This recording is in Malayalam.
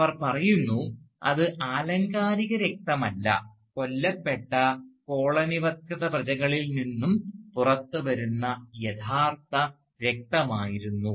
അവർ പറയുന്നു അത് ആലങ്കാരിക രക്തമല്ല കൊല്ലപ്പെട്ട കോളനിവത്കൃത പ്രജകളിൽ നിന്നും പുറത്തുവരുന്ന യഥാർത്ഥ രക്തമായിരുന്നു